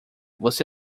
você